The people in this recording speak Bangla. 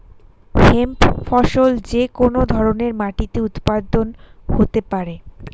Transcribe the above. হেম্প ফসল যে কোন ধরনের মাটিতে উৎপাদন হতে পারে